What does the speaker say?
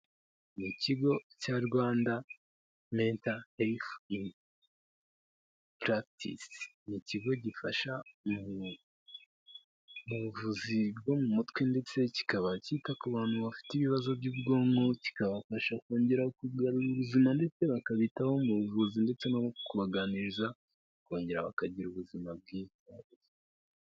Ikigo cya Rwanda Mental Health in Practice ni ikigo gifasha mu buvuzi bwo mu mutwe ndetse kikaba cyita ku bantu bafite ibibazo by'ubwonko kikabafasha kongera kugarura ubuzima ndetse bakabitaho mu buvuzi ndetse no mu kubaganiriza bakongera bakagira ubuzima bwiza